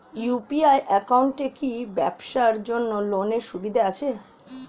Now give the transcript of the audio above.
UPI একাউন্টে কি ব্যবসার জন্য লোনের সুবিধা আছে?